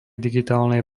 digitálnej